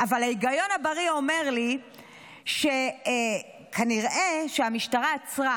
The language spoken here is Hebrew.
אבל ההיגיון הבריא אומר לי שכנראה המשטרה עצרה,